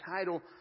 title